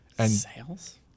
sales